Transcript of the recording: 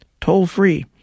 toll-free